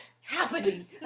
happening